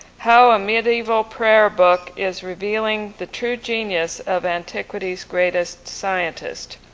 how a medieval prayer book is revealing the true genius of antiquities greatest scientist.